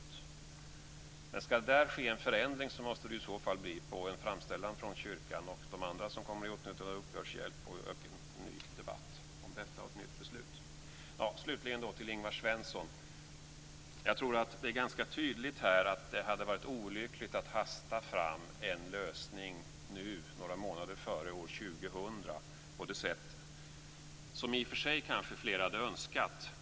Om det ska ske en förändring där måste det i så fall bli efter en framställan från kyrkan och de andra som kommer i åtnjutande av uppbördshjälp, med en ny debatt om detta och ett nytt beslut. Slutligen vill jag säga till Ingvar Svensson att jag tror att det är ganska tydligt att det hade varit olyckligt att hasta fram en lösning nu, några månader före år 2000, på det sätt som han vill - som i och för sig flera också hade önskat.